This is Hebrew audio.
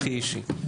הכי אישי,